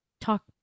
talk